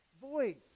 voice